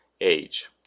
age